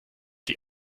die